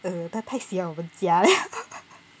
它太喜欢我们家了